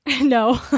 No